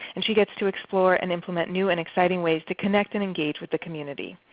and she gets to explore and implement new and exciting ways to connect and engage with the community.